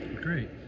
great